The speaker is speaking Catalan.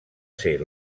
ser